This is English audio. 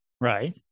right